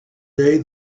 day